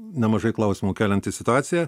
nemažai klausimų kelianti situacija